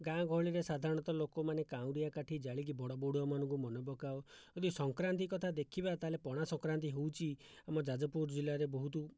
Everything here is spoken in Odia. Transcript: ଗାଁ ଗହଳିରେ ସାଧାରଣତଃ ଲୋକମାନେ କାଉଁରିଆ କାଠି ଜାଳିକି ବଡ଼ବଡ଼ୁଆମାନଙ୍କୁ ମନେ ପକାଉ ଯଦି ସଂକ୍ରାନ୍ତି କଥା ଦେଖିବା ତାହେଲେ ପଣା ସଂକ୍ରାନ୍ତି ହେଉଛି ଆମ ଯାଜପୁର ଜିଲ୍ଲାରେ ବହୁତ